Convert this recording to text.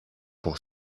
pour